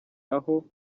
aho